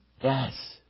Yes